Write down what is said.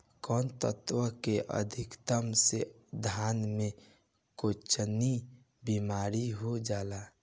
कौन तत्व के अधिकता से धान में कोनची बीमारी हो जाला?